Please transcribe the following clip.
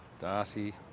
Darcy